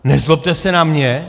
Nezlobte se na mě.